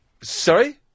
Sorry